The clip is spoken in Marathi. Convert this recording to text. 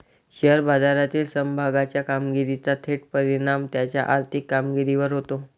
शेअर बाजारातील समभागाच्या कामगिरीचा थेट परिणाम त्याच्या आर्थिक कामगिरीवर होतो